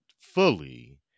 fully